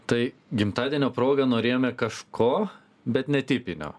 tai gimtadienio proga norėjome kažko bet netipinio